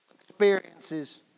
experiences